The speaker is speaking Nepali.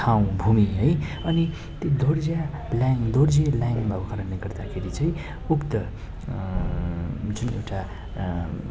ठाउँ भूमि है अनि त्यो दोर्जिया ल्यान दोर्जेल्याङ भएको कारणले गर्दाखेरि चाहिँ उक्त जुन एउटा